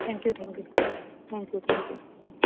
thank you thank you thank you thank you